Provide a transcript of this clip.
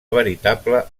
veritable